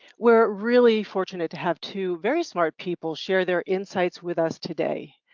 we're really fortunate to have two very smart people share their insights with us today.